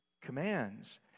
commands